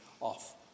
off